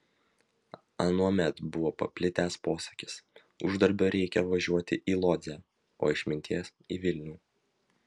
anuomet buvo paplitęs posakis uždarbio reikia važiuoti į lodzę o išminties į vilnių